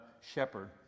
shepherd